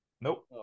Nope